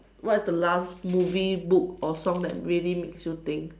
what's the last movie book or song that really makes you think